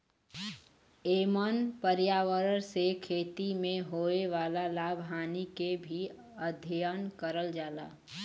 एमन पर्यावरण से खेती में होए वाला लाभ हानि के भी अध्ययन करल जाला